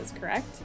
correct